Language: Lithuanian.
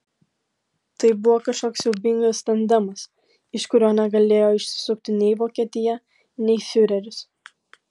tai buvo kažkoks siaubingas tandemas iš kurio negalėjo išsisukti nei vokietija nei fiureris